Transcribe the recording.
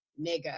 Nigga